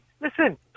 Listen